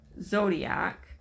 Zodiac